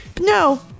No